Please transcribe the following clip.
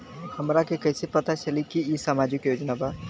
हमरा के कइसे पता चलेगा की इ सामाजिक योजना बा?